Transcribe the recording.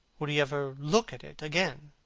would he ever look at it again?